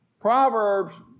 Proverbs